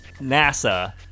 NASA